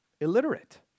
illiterate